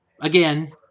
Again